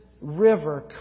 river